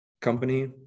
Company